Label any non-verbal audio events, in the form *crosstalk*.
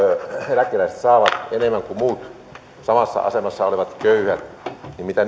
eläkeläiset saavat enemmän kuin muut samassa asemassa olevat köyhät niin mitä *unintelligible*